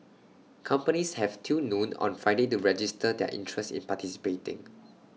companies have till noon on Friday to register their interest in participating